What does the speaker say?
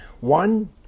one